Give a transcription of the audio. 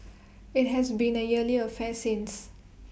IT has been A yearly affair since